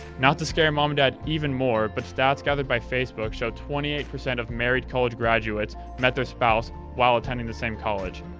not to scare mom and dad even more, but stats gathered by facebook show twenty eight percent of married college graduates met their spouse while attending the same college.